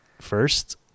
first